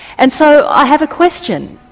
and so i have a question.